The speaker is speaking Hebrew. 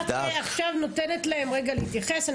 אני נותנת להם עכשיו להתייחס רגע.